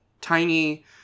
tiny